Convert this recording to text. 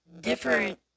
different